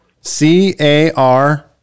C-A-R-